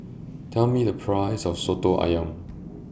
Tell Me The Price of Soto Ayam